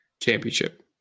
championship